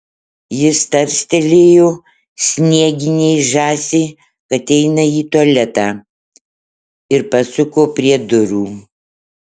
jis tarstelėjo snieginei žąsiai kad eina į tualetą ir pasuko prie durų